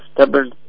stubborn